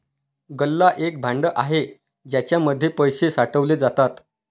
गल्ला एक भांड आहे ज्याच्या मध्ये पैसे साठवले जातात